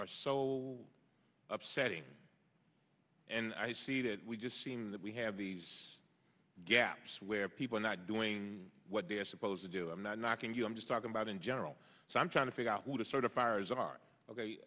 so so upsetting and i see that we just seen that we have these gaps where people are not doing what they're supposed to do i'm not knocking you i'm just talking about in general so i'm trying to figure out what a sort of fires are